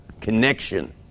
connection